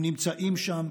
הם נמצאים שם,